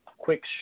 Quick